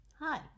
Hi